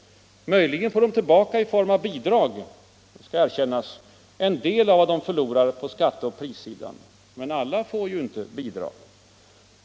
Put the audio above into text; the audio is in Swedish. Möjligen får de tillbaka i form av bidrag, det skall erkännas, en del av vad de förlorar på skatteoch prissidan. Men alla får inte bidrag.